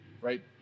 right